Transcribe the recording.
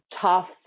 tough